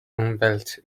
umwelt